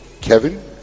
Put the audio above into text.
Kevin